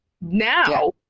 Now